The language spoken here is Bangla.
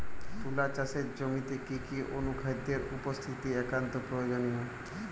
তুলা চাষের জমিতে কি কি অনুখাদ্যের উপস্থিতি একান্ত প্রয়োজনীয়?